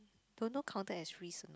don't know counted as risk or not